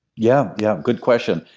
yeah, yeah. good question.